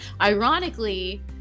Ironically